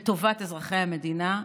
בטובת אזרחי המדינה,